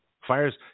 Fires